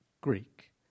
Greek